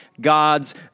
God's